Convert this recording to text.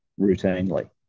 routinely